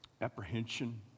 apprehension